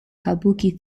kabuki